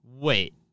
wait